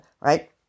right